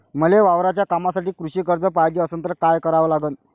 मले वावराच्या कामासाठी कृषी कर्ज पायजे असनं त काय कराव लागन?